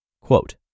Quote